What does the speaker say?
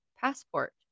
passport